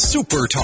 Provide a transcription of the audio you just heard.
Super